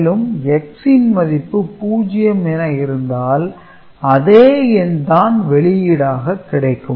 மேலும் X ன் மதிப்பு 0 என இருந்தால் அதே எண் தான் வெளியீடாக கிடைக்கும்